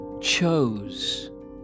chose